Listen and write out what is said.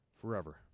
forever